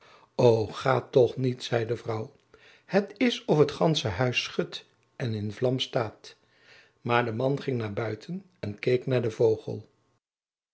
o ga toch niet zei de vrouw het is of het gansche huis schudt en in vlam staat maar de man ging naar buiten en keek naar den vogel